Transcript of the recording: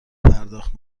پرداخت